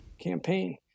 campaign